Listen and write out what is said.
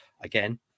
again